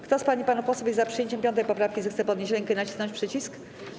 Kto z pań i panów posłów jest za przyjęciem 5. poprawki, zechce podnieść rękę i nacisnąć przycisk.